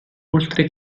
oltre